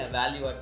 value